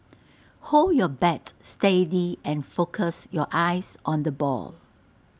hold your bat steady and focus your eyes on the ball